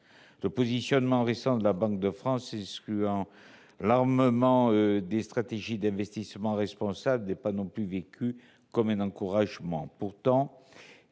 la décision récente de la Banque de France d'exclure l'armement des stratégies d'investissements responsables n'est pas non plus vécue comme un encouragement. Pourtant,